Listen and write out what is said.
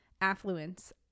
affluence